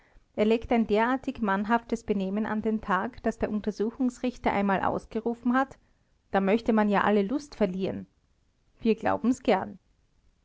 er legt ein derartiges mannhaftes benehmen an den tag daß der untersuchungsrichter einmal ausgerufen hat da möchte man ja alle lust verlieren wir glauben's gern